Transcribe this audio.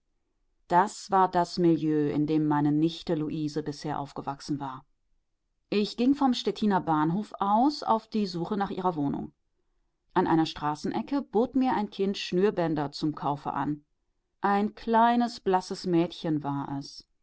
das war das milieu in dem meine nichte luise bisher aufgewachsen war ich ging vom stettiner bahnhof aus auf die suche nach ihrer wohnung an einer straßenecke bot mir ein kind schnürbänder zum kaufe an ein kleines blasses mädchen war es